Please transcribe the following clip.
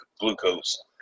glucose